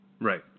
Right